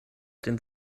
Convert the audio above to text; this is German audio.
den